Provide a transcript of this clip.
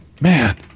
Man